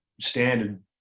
standard